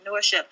entrepreneurship